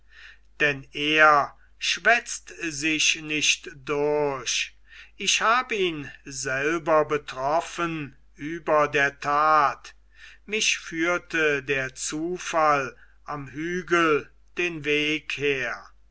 denn er schwätzt sich nicht durch ich hab ihn selber betroffen über der tat mich führte der zufall am hügel den weg her